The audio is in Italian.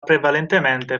prevalentemente